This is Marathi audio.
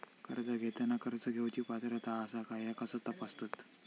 कर्ज घेताना कर्ज घेवची पात्रता आसा काय ह्या कसा तपासतात?